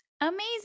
Amazing